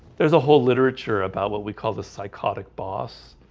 there's a whole literature about what we call this psychotic boss